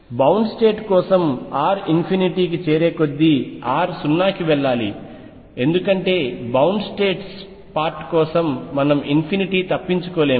bound state కోసం r infinity కి చేరే కొద్దీ R 0 కి వెళ్లాలి ఎందుకంటే బౌండ్ స్టేట్స్ కోసం మనం ఇన్ఫినిటీని తప్పించుకోలేము